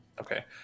Okay